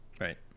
Right